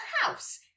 house